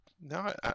No